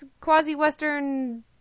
quasi-Western